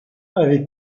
avait